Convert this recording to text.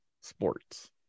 sports